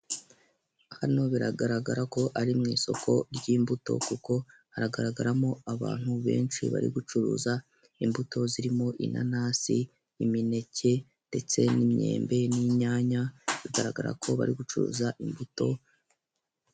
Hano biragaragara ko ari mu isoko ry'imbuto kuku haragaragaramo abantu benshi bari gucuruza imbuto zirimo inanasi, imineke ndetse n'imyembe n'inyanya bigararagara ko bari gucuruza imbuto.